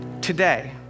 today